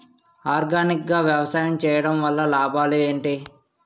Organic గా వ్యవసాయం చేయడం వల్ల లాభాలు ఏంటి?